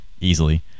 easily